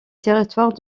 territoire